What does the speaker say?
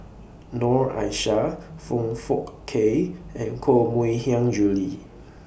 Noor Aishah Foong Fook Kay and Koh Mui Hiang Julie